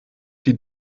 die